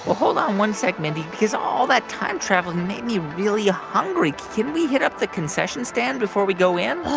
hold on one sec, mindy, because all that time travel's made me really hungry. can we hit up the concession stand before we go in?